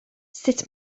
sut